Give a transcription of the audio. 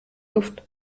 luft